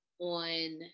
on